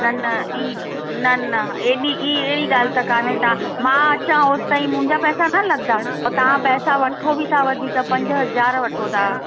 न न ई न न एॾी ई अहिड़ी ॻाल्हि त कोन्हे तव्हां मां अचा होसिताईं मुंहिंजा पैसा न लॻंदा ऐं तव्हां पैसा वठो बि था वधीक पंज हज़ार वठो था